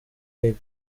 league